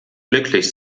glücklich